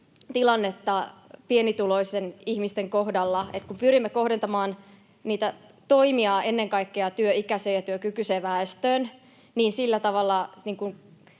tilannetta pienituloisten ihmisten kohdalla, että kun pyrimme kohdentamaan niitä toimia ennen kaikkea työikäiseen ja työkykyiseen väestöön, niin sillä tavalla